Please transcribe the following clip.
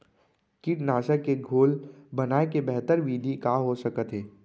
कीटनाशक के घोल बनाए के बेहतर विधि का हो सकत हे?